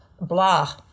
blah